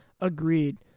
Agreed